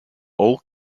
all